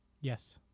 Yes